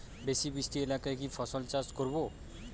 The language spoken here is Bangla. বেশি বৃষ্টি এলাকায় কি ফসল চাষ করব?